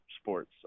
sports